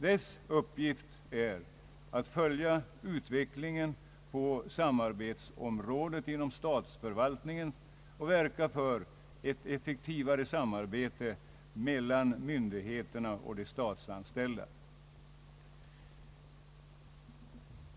Dess uppgift är att följa utvecklingen på samarbetsområdet inom statsförvaltningen och verka för ett effektivare samarbete mellan myndigheterna och de statsanställda.